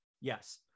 Yes